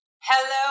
Hello